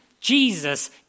Jesus